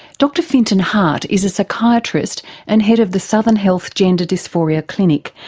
dr fintan harte is a psychiatrist and head of the southern health gender dysphoria clinic,